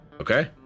okay